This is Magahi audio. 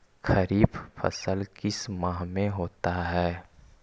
खरिफ फसल किस माह में होता है?